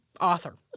author